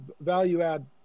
value-add